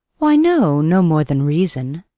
why, no no more than reason.